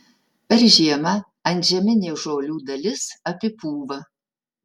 per žiemą antžeminė žolių dalis apipūva